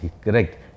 correct